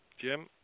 Jim